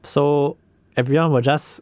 so everyone will just